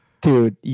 Dude